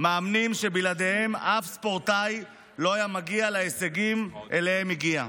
מאמנים שבלעדיהם אף ספורטאי לא היה מגיע להישגים שאליהם הגיע.